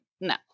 No